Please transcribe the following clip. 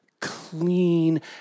clean